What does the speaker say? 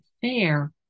fair